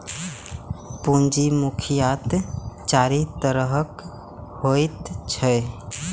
पूंजी मुख्यतः चारि तरहक होइत छैक